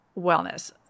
wellness